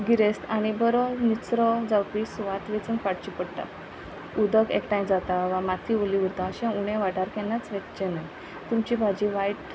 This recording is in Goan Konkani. गिरेस्त आनी बरो निसरो जावपी सुवात वेचून काडची पडटा उदक एकठांय जाता वा माती उली उरता अशें उणे वाठार केन्नाच वचचें ना तुमची भाजी वायट